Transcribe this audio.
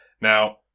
Now